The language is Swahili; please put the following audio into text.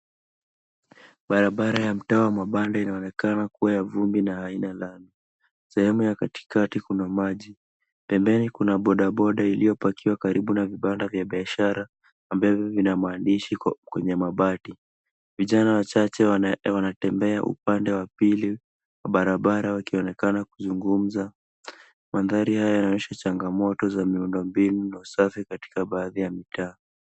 Barabara ya mtaa wa mabanda inaonekana kuwa ya vumbi na haina lami. Sehemu ya katikati kuna maji. Pembeni kuna bodaboda iliopakiwa karibu na vibanda vya biashara ambavyo vina maandishi kwenye mabati. Vijana wachache wanatembea upande wa pili wa barabara wakionekana kuzungumza. Mandhari haya yanaonyesha changamoto za miundo mbinu na usafi katika baadhi ya mitaa.